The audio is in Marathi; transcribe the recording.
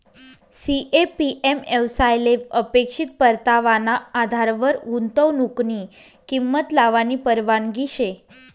सी.ए.पी.एम येवसायले अपेक्षित परतावाना आधारवर गुंतवनुकनी किंमत लावानी परवानगी शे